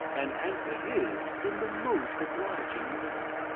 and answered his in the most obliging manner.